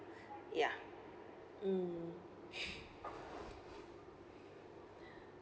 ya mm